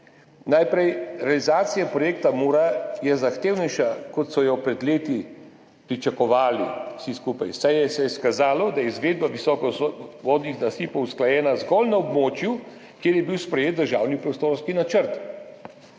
Najprej. Realizacija projekta Mura je zahtevnejša, kot so pred leti pričakovali vsi skupaj, saj se je izkazalo, da je izvedba visokovodnih nasipov usklajena zgolj na območju, kjer je bil sprejet državni prostorski načrt.